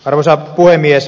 arvoisa puhemies